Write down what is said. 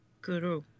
Guru